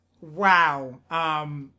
Wow